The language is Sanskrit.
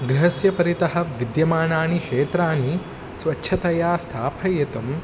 गृहस्य परितः विद्यमानानि क्षेत्राणि स्वच्छतया स्थापयितुम्